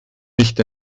nicht